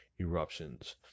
eruptions